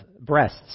breasts